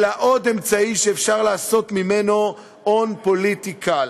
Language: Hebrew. אלא עוד אמצעי שאפשר לעשות ממנו הון פוליטי קל.